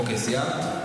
אוקיי, סיימת?